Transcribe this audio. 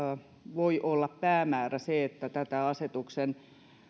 voi olla päämäärä se että tätä asetuksen